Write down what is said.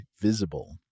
Visible